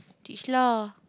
teach lah